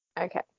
Okay